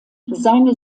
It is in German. seine